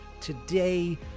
today